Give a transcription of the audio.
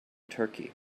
turkey